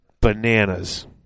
bananas